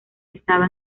estaba